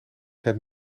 het